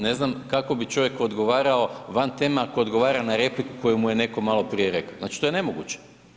Ne znam kako bi čovjek odgovarao van teme ako odgovara na repliku koju mu je netko malo prije rekao, znači to je nemoguće.